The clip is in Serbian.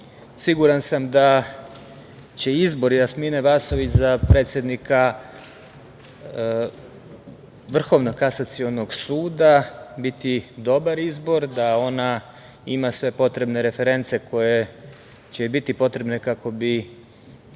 siguran sam da će izbor Jasmine Vasović za predsednika Vrhovnog kasacionog suda biti dobar izbor, da ona ima sve potrebne reference koje će joj biti potrebne kako bi